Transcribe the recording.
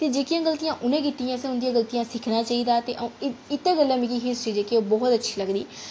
ते जेह्कियां गल्तियां उ'नें कीतियां असें उं'दियां गल्तियें शा सिक्खना चाहिदा ते अ'ऊं इस्सै गल्ला मिगी जेह्की हिस्ट्री ओह् बहुत अच्छी लगदी